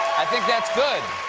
i think that's good.